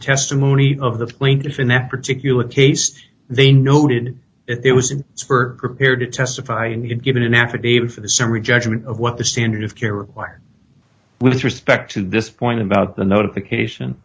testimony of the plaintiff in that particular case they noted it was in her prepared to testify and given an affidavit for the summary judgment of what the standard of care required with respect to this point about the notification